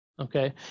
Okay